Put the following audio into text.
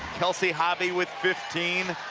kelsey hobbie with fifteen